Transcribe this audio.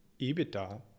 ebitda